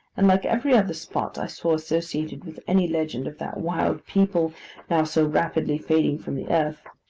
and, like every other spot i saw associated with any legend of that wild people now so rapidly fading from the earth,